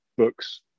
books